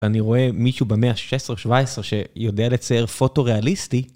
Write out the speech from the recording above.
ואני רואה מישהו במאה ה-16-17 שיודע לצייר פוטו ריאליסטי.